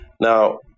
Now